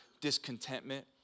discontentment